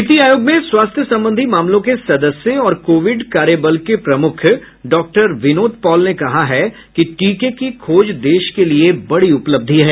नीति आयोग में स्वास्थ्य संबंधी मामलों के सदस्य और कोविड कार्यबल के प्रमुख डॉक्टर विनोद पॉल ने कहा है कि टीके की खोज देश के लिये बड़ी उपलब्धि है